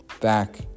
back